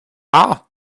der